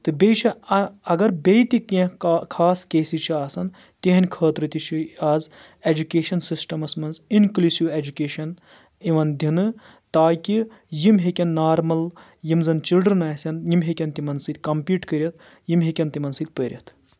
تہٕ بیٚیہِ چھِ اَگر بیٚیہِ تہِ کینٛہہ خاص کیٚسٕز چھِ آسَان تِہنٛدِ خٲطرٕ تہِ چھُ آز ایجوکیشَن سِسٹَمَس منٛز اِنکٕلیوٗسِو ایٚجوکیشَن یِوَان دِنہٕ تاکہِ یِم ہیٚکن نارمَل یِم زَن چِلڈرن آسن یِم ہیٚکن تِمن سۭتۍ کَمپیٖٹ کٔرِتھ یِم ہیٚکن تِمن سۭتۍ پٔرِتھ